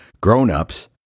grownups